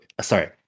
sorry